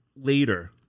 later